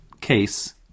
case